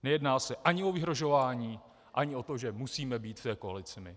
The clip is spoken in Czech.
Nejedná se ani o vyhrožování ani o to, že musíme být v té koalici my.